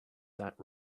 that